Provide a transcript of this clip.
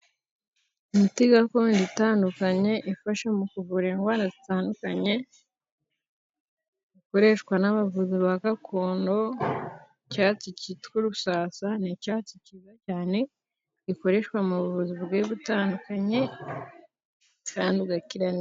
Imiti gakondo itandukanye ifasha mu kuvura indwara zitandukanye, ikoreshwa n'abavuzi ba gakondo .Icyatsi cyitwa urusasa ni icyatsi cyiza cyane, gikoreshwa mu buvuzi bugiye butandukanye cyane ugakira.